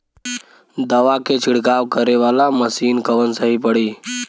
दवा के छिड़काव करे वाला मशीन कवन सही पड़ी?